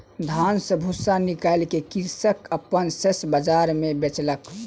धान सॅ भूस्सा निकाइल के कृषक अपन शस्य बाजार मे बेचलक